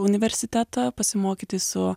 universitetą pasimokyti su